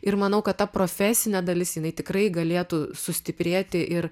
ir manau kad ta profesinė dalis jinai tikrai galėtų sustiprėti ir